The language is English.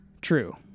True